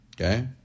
Okay